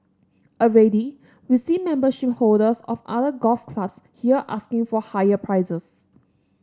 already we see membership holders of other golf clubs here asking for higher prices